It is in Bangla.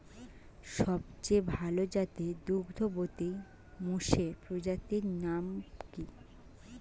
সবচেয়ে ভাল জাতের দুগ্ধবতী মোষের প্রজাতির নাম কি?